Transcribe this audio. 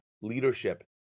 leadership